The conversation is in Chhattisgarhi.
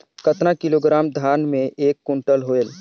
कतना किलोग्राम धान मे एक कुंटल होयल?